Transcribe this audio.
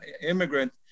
immigrant